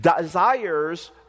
Desires